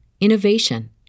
innovation